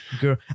Girl